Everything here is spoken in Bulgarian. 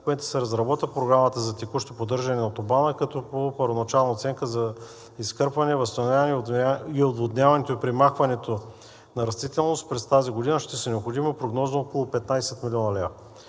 момента се разработва програмата за текущо поддържане на аутобана, като по първоначална оценка за изкърпване, възстановяване на отводняването и премахването на растителност през тази година ще са необходими прогнозно около 15 млн. лв.